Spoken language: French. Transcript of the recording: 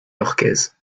yorkaise